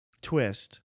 twist